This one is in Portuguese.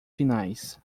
finais